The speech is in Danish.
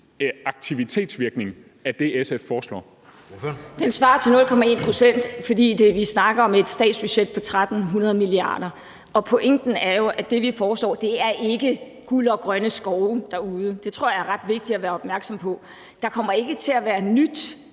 Pia Olsen Dyhr (SF): Den svarer til 0,1 pct., for vi snakker om et statsbudget på 1.300 mia. kr. Og pointen er jo, at det, vi foreslår, ikke er guld og grønne skove derude; det tror jeg er ret vigtigt at være opmærksom på. Der kommer ikke til at være noget